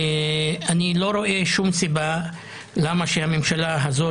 אני לא רואה שום סיבה למה שהממשלה הזו